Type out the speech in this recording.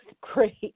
great